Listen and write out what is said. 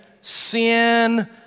sin